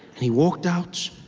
and he walked out,